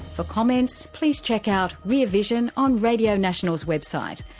for comments, please check out rear vision on radio national's website.